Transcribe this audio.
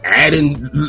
Adding